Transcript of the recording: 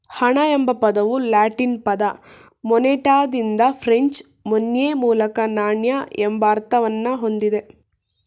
ಹಣ ಎಂಬ ಪದವು ಲ್ಯಾಟಿನ್ ಪದ ಮೊನೆಟಾದಿಂದ ಫ್ರೆಂಚ್ ಮೊನ್ಯೆ ಮೂಲಕ ನಾಣ್ಯ ಎಂಬ ಅರ್ಥವನ್ನ ಹೊಂದಿದೆ